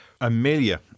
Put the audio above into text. Amelia